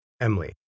Emily